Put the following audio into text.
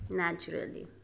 naturally